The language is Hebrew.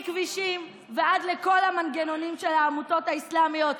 מכבישים ועד לכל המנגנונים של העמותות האסלאמיות,